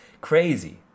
crazy